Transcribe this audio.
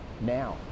Now